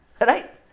Right